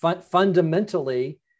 fundamentally